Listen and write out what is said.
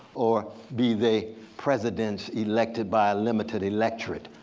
or be they presidents elected by limited electric.